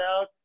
out